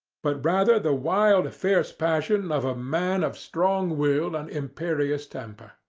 but rather the wild, fierce passion of a man of strong will and imperious temper.